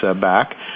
back